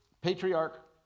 Patriarch